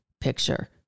picture